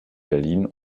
berlin